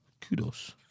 Kudos